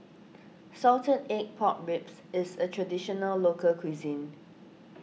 Salted Egg Pork Ribs is a Traditional Local Cuisine